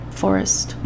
forest